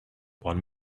one